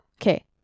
Okay